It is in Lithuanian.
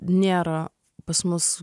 nėra pas mus